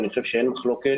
אני חושב שאין מחלוקת